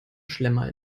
schlemmer